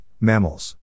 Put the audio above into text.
mammals